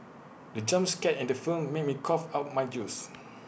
the jump scare in the film made me cough out my juice